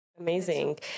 Amazing